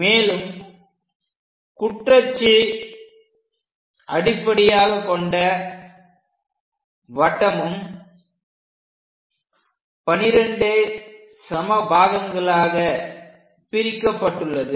மேலும் குற்றச்சு அடிப்படையாக கொண்ட வட்டமும் 12 சம பாகங்களாக பிரிக்கப்பட்டுள்ளது